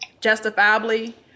justifiably